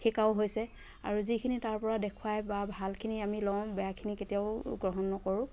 শিকাও হৈছে আৰু যিখিনি তাৰ পৰা দেখুৱায় বা ভালখিনি আমি লওঁ বেয়াখিনি কেতিয়াও গ্ৰহণ নকৰোঁ